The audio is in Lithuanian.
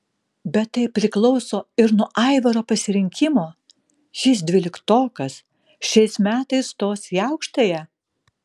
bet tai priklauso ir nuo aivaro pasirinkimo jis dvyliktokas šiais metais stos į aukštąją